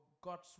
God's